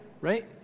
right